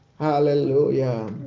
Hallelujah